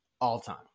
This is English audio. all-time